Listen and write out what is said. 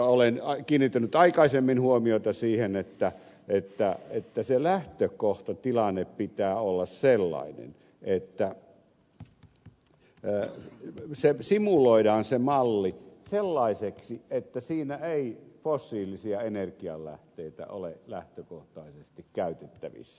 olen kiinnittänyt aikaisemmin huomiota siihen että näyttää ettei se lähtee kohti lähtökohtatilanteen pitää olla sellainen että se malli simuloidaan sellaiseksi että siinä ei fossiilisia energianlähteitä ole lähtökohtaisesti käytettävissä